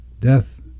Death